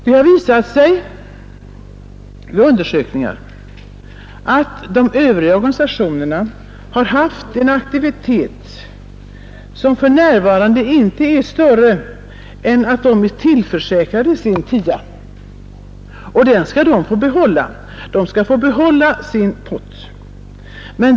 Det har vid undersökningar visat sig att de övriga organisationernas aktivitet för närvarande inte är större än att de är tillförsäkrade sin tia, och den skall de få behålla; de skall få behålla sin pott.